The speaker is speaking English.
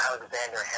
Alexander